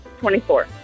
24